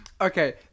Okay